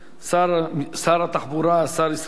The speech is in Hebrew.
שר התחבורה, השר ישראל כץ.